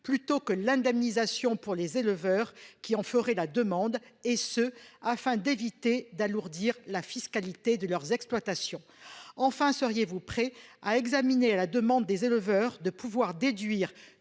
plutôt que d'indemniser les éleveurs qui en feraient la demande, et ce afin d'éviter d'alourdir la fiscalité des exploitations ? Enfin, seriez-vous prête à examiner la demande des éleveurs de pouvoir déduire